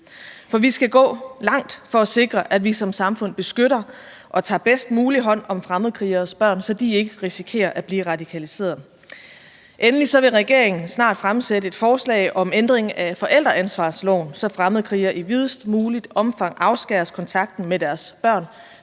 for vi skal gå langt for at sikre, at vi som samfund beskytter og tager bedst muligt hånd om fremmedkrigeres børn, så de ikke risikerer at blive radikaliserede. Endelig vil regeringen snart fremsætte et forslag om ændring af forældreansvarsloven, så fremmedkrigere i videst muligt omfang afskæres kontakten med deres børn,